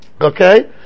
Okay